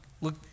look